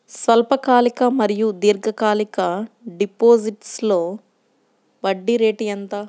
స్వల్పకాలిక మరియు దీర్ఘకాలిక డిపోజిట్స్లో వడ్డీ రేటు ఎంత?